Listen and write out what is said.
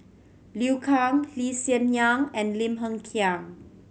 Liu Kang Lee Hsien Yang and Lim Hng Kiang